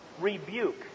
rebuke